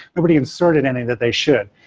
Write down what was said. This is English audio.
nobody inserted anything that they should.